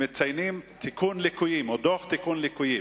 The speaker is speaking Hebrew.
מציינים תיקון ליקויים או דוח תיקון ליקויים.